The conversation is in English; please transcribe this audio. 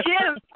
Jim